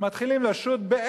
מתחילים לשוט.